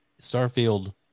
Starfield